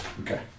Okay